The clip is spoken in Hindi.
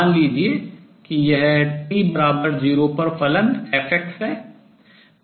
मान लीजिए कि यह t0 पर फलन f है